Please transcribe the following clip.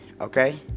Okay